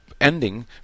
ending